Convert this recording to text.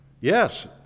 yes